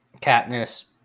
Katniss